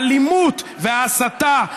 האלימות וההסתה.